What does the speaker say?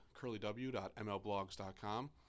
curlyw.mlblogs.com